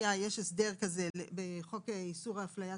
לחייב שיהיה תיעוד וידאו של המבחן.